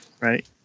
right